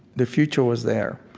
the future was there.